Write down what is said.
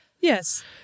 yes